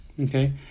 Okay